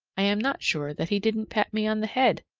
i am not sure that he didn't pat me on the head!